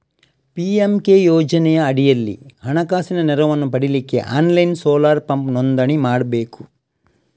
PMK ಯೋಜನೆಯ ಅಡಿಯಲ್ಲಿ ಹಣಕಾಸಿನ ನೆರವನ್ನ ಪಡೀಲಿಕ್ಕೆ ಆನ್ಲೈನ್ ಸೋಲಾರ್ ಪಂಪ್ ನೋಂದಣಿ ಮಾಡ್ಬೇಕು